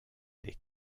les